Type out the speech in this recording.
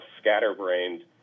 scatterbrained